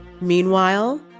Meanwhile